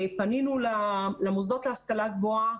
פנינו למוסדות להשכלה גבוהה.